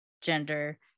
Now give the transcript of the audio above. gender